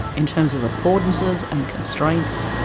in terms of affordances, and constraints,